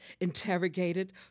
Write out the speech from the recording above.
interrogated